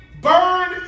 burn